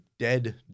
Dead